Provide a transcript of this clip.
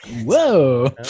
whoa